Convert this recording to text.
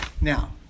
now